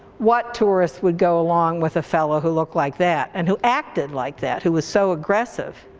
what tourist would go along with a fellow who looked like that, and who acted like that, who was so aggressive.